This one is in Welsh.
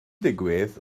digwydd